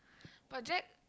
but Jack